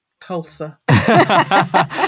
Tulsa